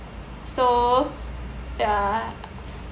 so ya